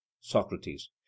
Socrates